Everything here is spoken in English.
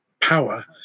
power